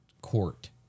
court